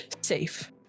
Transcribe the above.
safe